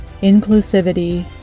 inclusivity